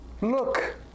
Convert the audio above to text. look